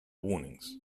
warnings